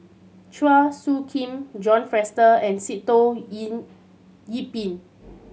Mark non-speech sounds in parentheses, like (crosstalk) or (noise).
Chua Soo Khim John Fraser and Sitoh (unintelligible) Yih Pin